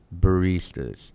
baristas